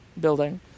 building